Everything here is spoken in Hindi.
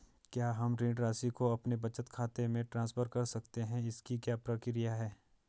क्या हम ऋण राशि को अपने बचत खाते में ट्रांसफर कर सकते हैं इसकी क्या प्रक्रिया है?